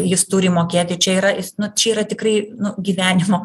jis turi mokėti čia yra jis nu čia yra tikrai nu gyvenimo